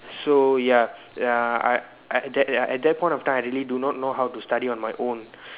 so ya uh I I that at that point of time I really do not know how to study on my own